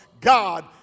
God